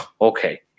okay